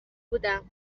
بودم